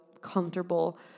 comfortable